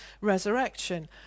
Resurrection